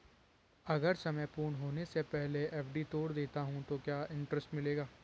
अगर समय पूर्ण होने से पहले एफ.डी तोड़ देता हूँ तो क्या इंट्रेस्ट मिलेगा?